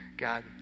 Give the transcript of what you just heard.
God